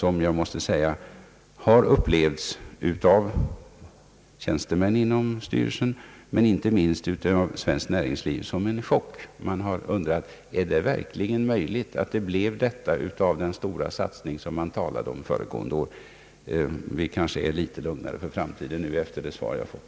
Förslaget har upplevts av tjänstemän inom styrelsen och inte minst av svenskt näringsliv som en chock. Man har undrat: Är det verkligen möjligt att detta är resultatet av den stora satsning som aviserades föregående år? Vi kanske är litet lugnare för framtiden efter det svar jag fått.